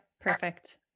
Perfect